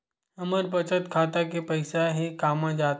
हमर बचत खाता के पईसा हे कामा जाथे?